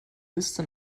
liste